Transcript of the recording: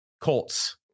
Colts